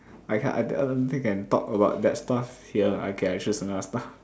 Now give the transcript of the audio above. I can't I I don't think can talk about that stuff here okay I choose another stuff